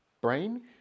brain